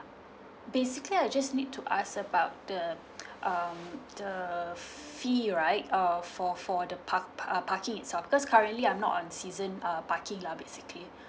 basically I just need to ask about the um the fee right uh for for the park uh parking itself because currently I'm not on season parking lah basically